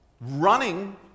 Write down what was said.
running